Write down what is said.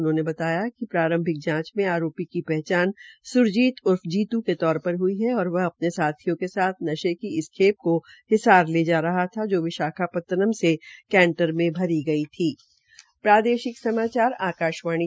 उन्होंने बताया कि प्रांरभिक जांच में आरोपी की पहचान सुरजीत उर्फ जीतू के तौर पर ह्ई है और वह अपने साथियों के साथ नशे की इस खेप को हिसार ले जा रहा था जो विशाखपट्नम से कैंटर में भरी गई थी